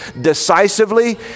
decisively